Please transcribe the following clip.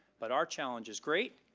but our challenge is great,